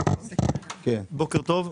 בוקר טוב.